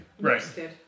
right